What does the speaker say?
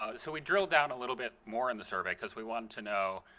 ah so we drill down a little bit more in the survey because we want to know,